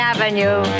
Avenue